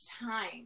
time